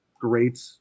great